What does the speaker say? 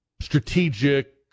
strategic